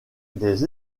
des